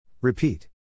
Repeat